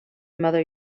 mother